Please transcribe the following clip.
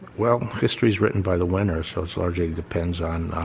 well, history is written by the winners. so surcharging depends on